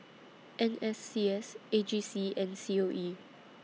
N S C S A G C and C O E